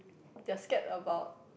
they're scared about